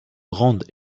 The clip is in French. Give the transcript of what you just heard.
grande